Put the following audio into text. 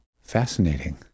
fascinating